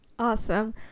Awesome